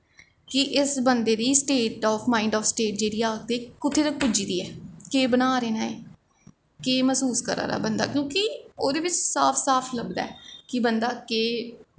कि इस बंदे दी state of mind mind of state जेह्ड़ी आखदे कुत्थें तक पुज्जी दी ऐ केह् बना दे न एह् केह् मैसूस करा दा बंदा क्योंकि ओह्दे बिच्च साफ साफ लभदा ऐ कि बंदा केह्